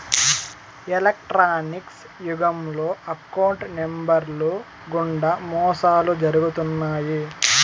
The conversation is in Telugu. ఎలక్ట్రానిక్స్ యుగంలో అకౌంట్ నెంబర్లు గుండా మోసాలు జరుగుతున్నాయి